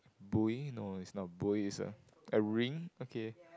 buoy no it's not buoy it's a a ring okay